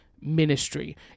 ministry